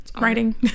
writing